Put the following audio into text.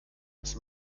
was